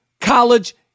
college